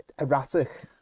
erratic